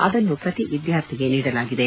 ಅದನ್ನು ಪ್ರತಿ ವಿದ್ಯಾರ್ಥಿಗೆ ನೀಡಲಾಗಿದೆ